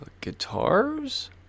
guitars